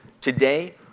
Today